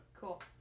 cool